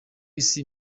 isi